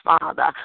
Father